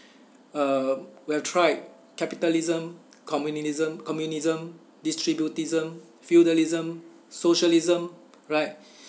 are we have tried capitalism communi~ communism distributism feudalism socialism right